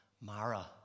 Mara